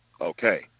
Okay